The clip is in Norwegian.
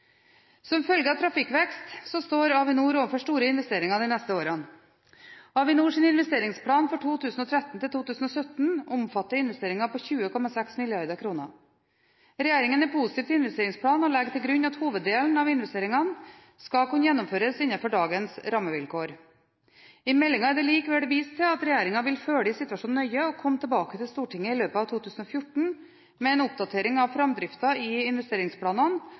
Som følge av trafikkvekst står Avinor overfor store investeringer de neste årene. Avinors investeringsplan for 2013–2017 omfatter investeringer på 20,6 mrd. kr. Regjeringen er positiv til investeringsplanen og legger til grunn at hoveddelen av investeringene skal kunne gjennomføres innenfor dagens rammevilkår. I meldingen er det likevel vist til at regjeringen vil følge situasjonen nøye og komme tilbake til Stortinget i løpet av 2014 med en oppdatering av framdriften i investeringsplanene